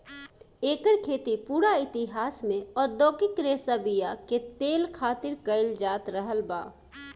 एकर खेती पूरा इतिहास में औधोगिक रेशा बीया के तेल खातिर कईल जात रहल बा